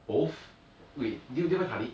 both wait did you did you buy khaleed